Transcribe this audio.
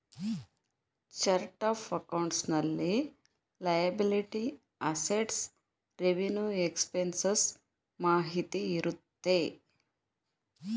chart of accounts ನಲ್ಲಿ liability, assets, revenue expenses ಮಾಹಿತಿ ಇರುತ್ತೆ